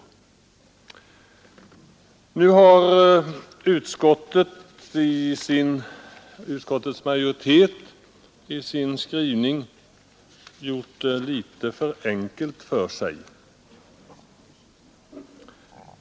Nu har utskottets majoritet i sin skrivning gjort det litet för enkelt för sig.